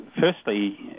firstly